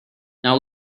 now